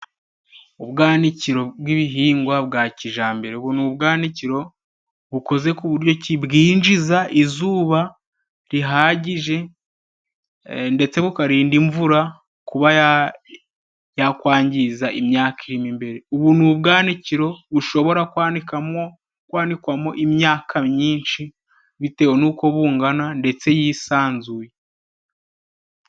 Ubwanikiro bw'ibihingwa bwa kijambere, ubu ni ubwanikiro bukoze ku buryo ki bwinjiza izuba rihagije, ndetse bukarinda imvura kuba yakwangiza imyaka irimo imbere. Ubu ni ubwanikiro bushobora kwanikamo kwanikwamo imyaka myinshi bitewe nuko bungana ndetse yisanzuye.